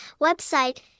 website